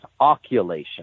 oculation